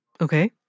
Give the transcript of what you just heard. Okay